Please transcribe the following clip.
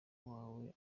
wawe